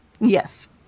Yes